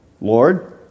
Lord